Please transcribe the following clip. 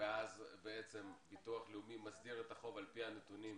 ואז בעצם ביטוח לאומי מסדיר את החוב על פי הנתונים,